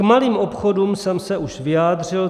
K malým obchodům jsem se už vyjádřil.